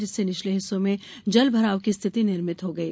जिससे निचले हिस्सो में जल भराव की स्थिति निर्मित हो गयी